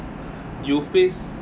you faced